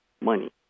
money